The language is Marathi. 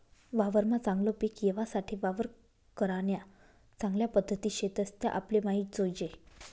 वावरमा चागलं पिक येवासाठे वावर करान्या चांगल्या पध्दती शेतस त्या आपले माहित जोयजे